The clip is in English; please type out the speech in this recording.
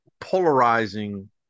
polarizing